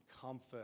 comfort